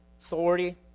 authority